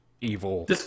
evil